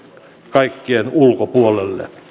kaikkien ulkopuolelle